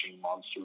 monster